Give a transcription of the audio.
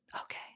Okay